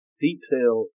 detail